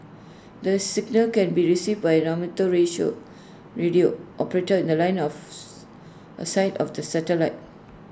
the signal can be received by amateur radio operator in The Line of A sight of the satellite